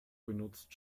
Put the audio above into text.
benutzt